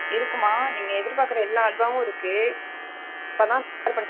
இருக்குதும்மா நீங்கள் எதிர்பார்க்குற எல்லா அல்வாவும் இருக்குது இப்போ தான் தயார்படுத்திகிட்ருக்கோம்